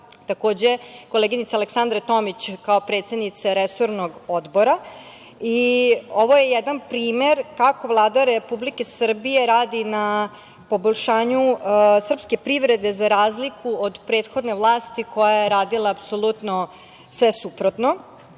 takođe koleginice Aleksandre Tomić, kao predsednice resornog odbora. Ovo je jedan primer kako Vlada Republike Srbije radi na poboljšanju srpske privrede za razliku od prethodne vlasti, koja je radila apsolutno sve suprotno.